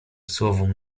słowom